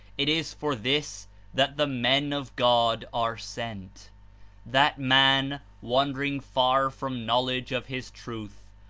it is for this that the men of god are sent that man, wandering far from knowledge of his truth,